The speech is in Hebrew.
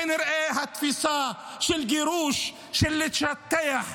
כנראה התפיסה של גירוש, של לשטח,